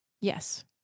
Yes